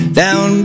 down